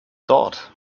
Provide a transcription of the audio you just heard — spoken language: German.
dort